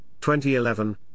2011